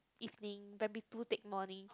evening primary two take morning